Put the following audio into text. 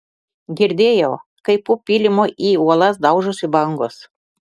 girdėjau kaip po pylimu į uolas daužosi bangos